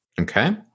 Okay